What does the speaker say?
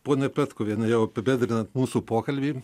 ponia petkuviene jau apibendrinant mūsų pokalbį